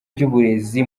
ry’uburezi